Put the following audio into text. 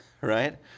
right